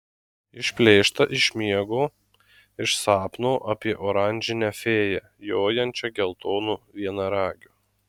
išplėšta iš miego iš sapno apie oranžinę fėją jojančią geltonu vienaragiu